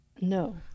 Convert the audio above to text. no